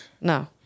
No